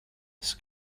this